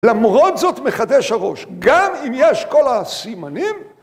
למרות זאת מחדש הראש, גם אם יש כל הסימנים.